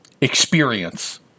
experience